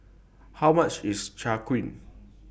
How much IS Chai Kuih